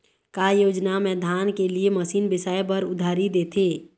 का योजना मे धान के लिए मशीन बिसाए बर उधारी देथे?